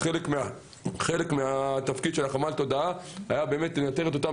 חלק מהתפקיד של חמ"ל התודעה היה לנטר את אותם